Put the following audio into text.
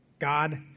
God